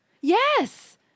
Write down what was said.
Yes